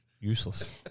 useless